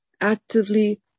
actively